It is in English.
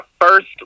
first